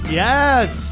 yes